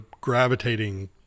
gravitating